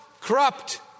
corrupt